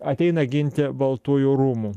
ateina ginti baltųjų rūmų